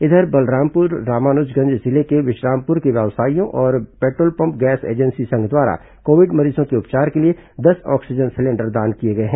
इधर बलरामपुर रामानुजगंज जिले के विश्रामपुर के व्यवसायियों और पेट्रोल पम्प गैस एजेंसी संघ द्वारा कोविड मरीजों के उपचार के लिए दस ऑक्सीजन सिलेंडर दान किए गए हैं